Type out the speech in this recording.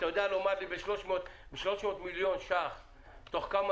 אתה יודע לומר לי שב-300 מיליון שקל תוך כמה